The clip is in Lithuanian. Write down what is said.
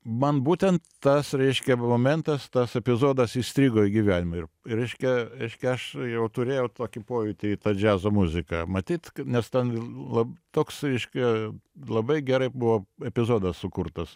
man būtent tas reiškia va momentas tas epizodas įstrigo į gyvenimą ir reiškia reiškia aš jau turėjau tokį pojūtį į tą džiazo muziką matyt nes ten la toks reiškia labai gerai buvo epizodas sukurtas